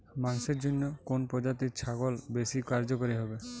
মাংসের জন্য কোন প্রজাতির ছাগল বেশি কার্যকরী হবে?